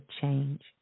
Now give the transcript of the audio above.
change